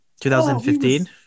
2015